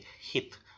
hit